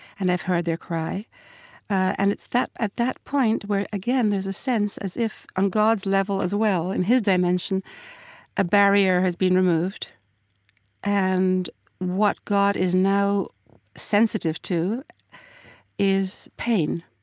and i've heard their cry and it's at that point where again, there's a sense as if, on god's level as well, in his dimension a barrier has been removed and what god is now sensitive to is pain.